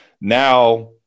now